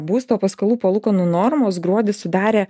būsto paskolų palūkanų normos gruodį sudarė